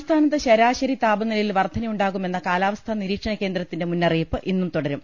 സംസ്ഥാനത്ത് ശരാശരി താപനിലയിൽ വർധനയുണ്ടാകുമെന്ന കാലാ വസ്ഥാ നിരീക്ഷണകേന്ദ്രത്തിന്റെ മുന്നറിയിപ്പ് ഇന്നും തുടരും